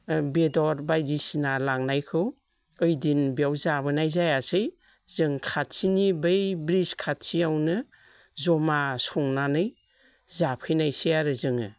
बेदर बायदिसिना लांनायखौ ओइदिन बेयाव जाबोनाय जायासै जों खाथिनि बै ब्रिज खाथियावनो जमा संनानै जाफैनायसै आरो जोङो